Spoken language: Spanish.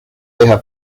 deja